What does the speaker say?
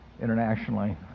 internationally